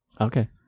Okay